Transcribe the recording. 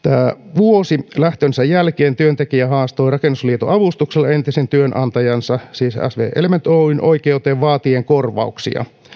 vuosi lähtönsä jälkeen työntekijä haastoi rakennusliiton avustuksella entisen työnantajansa siis sv element oyn oikeuteen vaatien korvauksia